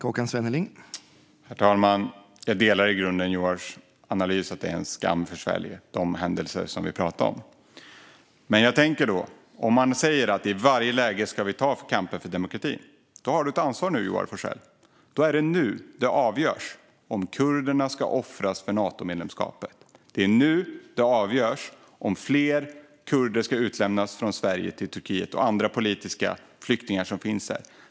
Herr talman! Jag delar i grunden Joars analys om att de händelser som vi pratar om är en skam för Sverige. Men om man säger att vi i varje läge ska ta kampen för demokrati har du nu ett ansvar, Joar Forssell. Då är det nu det avgörs om kurderna ska offras för Natomedlemskapet. Det är nu det avgörs om fler kurder ska utlämnas från Sverige till Turkiet - och andra politiska flyktingar som finns här.